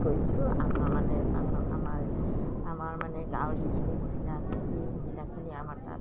গৈছিলোঁ আমাৰ মানে পাত আমাৰ আমাৰ মানে গাঁৱৰ যিখিনি মহিলা আছে সেই মহিলাখিনি আমাৰ তাত